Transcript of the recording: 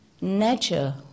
nature